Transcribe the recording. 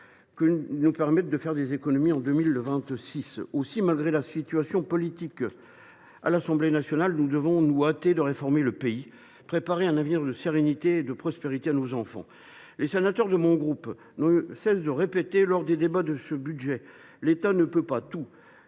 qui nous permettront d’en faire en 2026. Aussi, malgré la situation politique à l’Assemblée nationale, nous devons nous hâter de réformer le pays pour préparer un avenir de sérénité et de prospérité à nos enfants. Les sénateurs de mon groupe n’ont eu de cesse de le répéter lors des débats sur ce budget : l’État ne peut pas et ne